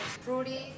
fruity